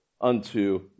unto